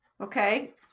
Okay